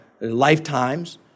lifetimes